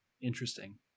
Interesting